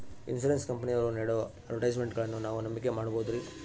Insurance ಕಂಪನಿಯವರು ನೇಡೋ ಅಡ್ವರ್ಟೈಸ್ಮೆಂಟ್ಗಳನ್ನು ನಾವು ನಂಬಿಕೆ ಮಾಡಬಹುದ್ರಿ?